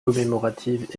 commémorative